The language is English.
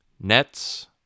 Nets